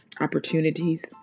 opportunities